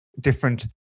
different